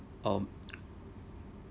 um